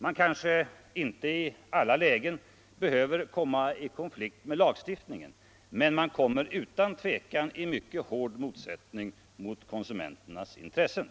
Man kanske inte i alla lägen behöver komma i konflikt med lagstiftningen, men man kommer utan tvivel i mycket hård motsättning mot konsumenternas intressen.